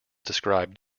described